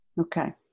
Okay